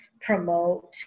promote